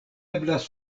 eblas